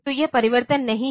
तो यह परिवर्तन नहीं है